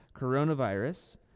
coronavirus